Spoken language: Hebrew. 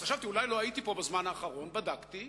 חשבתי שאולי לא הייתי פה בזמן האחרון, ובדקתי.